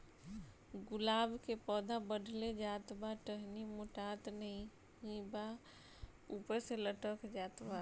गुलाब क पौधा बढ़ले जात बा टहनी मोटात नाहीं बा ऊपर से लटक जात बा?